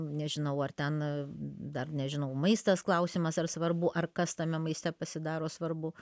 nežinau ar ten dar nežinau maistas klausimas ar svarbu ar kas tame maiste pasidaro svarbu